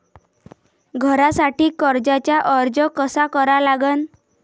घरासाठी कर्जाचा अर्ज कसा करा लागन?